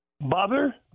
Bother